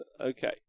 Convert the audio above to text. okay